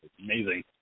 amazing